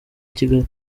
kigali